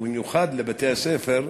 ובמיוחד לבתי-הספר,